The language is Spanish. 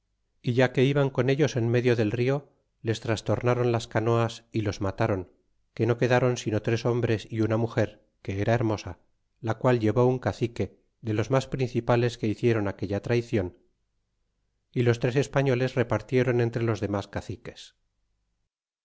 e ya que iban con ellos en medio del rio les trastornron las canoas y los matron que no quedron sino tres hombres y una rnuger que era hermosa la qual llevó un cacique de los mas principales que hiciéron aquella traicion y los tres españoles repartieron entre los damas caciques